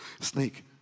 Snake